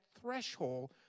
threshold